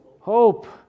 Hope